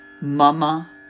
Mama